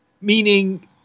Meaning